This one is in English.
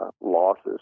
losses